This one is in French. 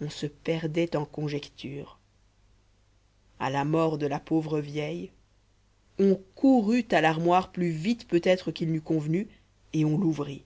on se perdait en conjectures à la mort de la pauvre vieille on courut à l'armoire plus vite peut-être qu'il n'eût convenu et on l'ouvrit